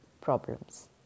problems